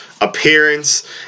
appearance